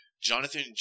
Jonathan